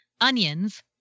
onions